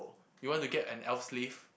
you want to get an elf slave